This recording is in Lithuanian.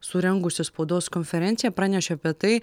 surengusi spaudos konferenciją pranešė apie tai